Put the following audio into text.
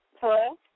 Hello